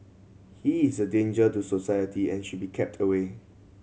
he is a danger to society and should be kept away